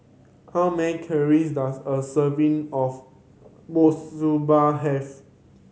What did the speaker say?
how many calories does a serving of Monsunabe have